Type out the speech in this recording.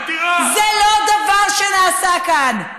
זה לא דבר שנעשה כאן.